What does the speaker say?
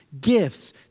gifts